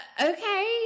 okay